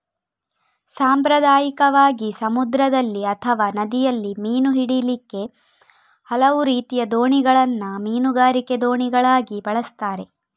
ಸಾಂಪ್ರದಾಯಿಕವಾಗಿ ಸಮುದ್ರದಲ್ಲಿ ಅಥವಾ ನದಿಯಲ್ಲಿ ಮೀನು ಹಿಡೀಲಿಕ್ಕೆ ಹಲವು ರೀತಿಯ ದೋಣಿಗಳನ್ನ ಮೀನುಗಾರಿಕೆ ದೋಣಿಗಳಾಗಿ ಬಳಸ್ತಾರೆ